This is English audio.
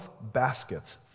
baskets